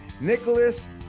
Nicholas